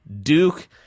Duke